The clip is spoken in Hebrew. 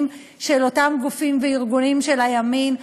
של אותם גופים וארגונים של הימין,